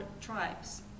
tribes